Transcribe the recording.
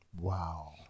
wow